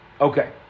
Okay